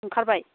ओंखारबाय